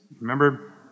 Remember